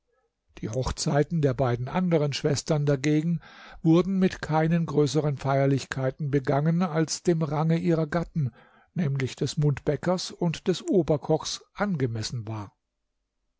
die hochzeiten der beiden anderen schwestern dagegen wurden mit keinen größeren feierlichkeiten begangen als dem range ihrer gatten nämlich des mundbäckers und des oberkochs angemessen war